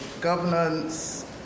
governance